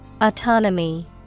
Autonomy